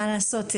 מה לעשות,